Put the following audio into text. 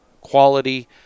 quality